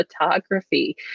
photography